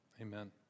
Amen